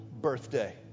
birthday